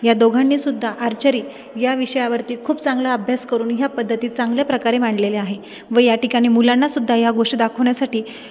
या दोघांनी सुध्दा आर्चरी या विषयावरती खूप चांगला अभ्यास करून ह्या पद्धतीत चांगल्या प्रकारे मांडलेले आहे व या ठिकाणी मुलांना सुद्धा या गोष्टी दाखवण्यासाठी